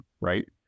right